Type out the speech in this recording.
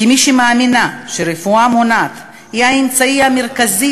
כמי שמאמינה שרפואה מונעת היא האמצעי המרכזי